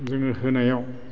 जोङो होनायाव